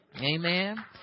amen